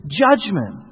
judgment